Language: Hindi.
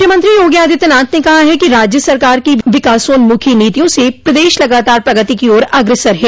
मुख्यमंत्री योगी आदित्यनाथ ने कहा है कि राज्य सरकार की विकासोन्मुखी नीतियों से प्रदेश लगातार प्रगति की ओर अग्रसर है